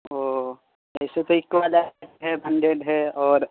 اوہ ویسے تو اکوالائٹ ہے ہے اور